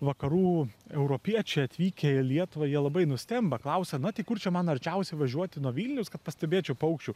vakarų europiečiai atvykę į lietuvą jie labai nustemba klausia na tai kur čia man arčiausiai važiuoti nuo vilniaus kad pastebėčiau paukščių